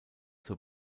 zur